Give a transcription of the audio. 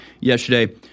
Yesterday